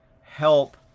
help